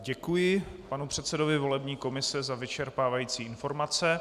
Děkuji panu předsedovi volební komise za vyčerpávající informace.